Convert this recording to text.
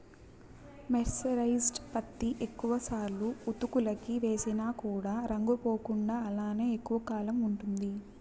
mercerised పత్తి ఎక్కువ సార్లు ఉతుకులకి వేసిన కూడా రంగు పోకుండా అలానే ఎక్కువ కాలం ఉంటుంది